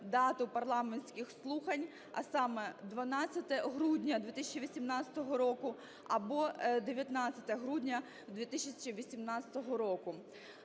дату парламентських слухань, а саме: 12 грудня 2018 року або 19 грудня 2018 року.